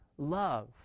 Love